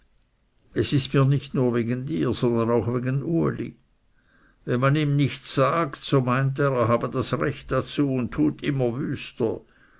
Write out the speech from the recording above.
es ist mir nicht nur wegen dir sondern auch wegen uli wenn man ihm nichts sagt so meint er er habe das recht dazu und tut immer wüster